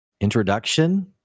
introduction